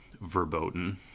verboten